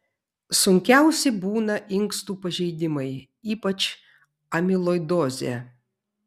sunkiausi būna inkstų pažeidimai ypač amiloidozė